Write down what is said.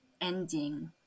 ending